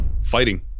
fighting